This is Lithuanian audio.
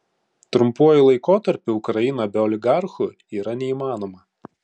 trumpuoju laikotarpiu ukraina be oligarchų yra neįmanoma